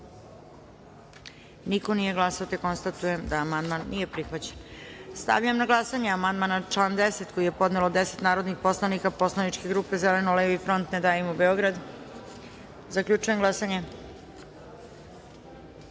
Niko nije glasao. Konstatujem da amandman nije prihvaćen. Stavljam na glasanje amandman na član 10. koji je podnelo deset narodnih poslanika Poslaničke grupe Zeleno-levi front – Ne davimo Beograd. Zaključujem glasanje: